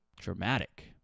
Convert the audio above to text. dramatic